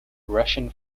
russian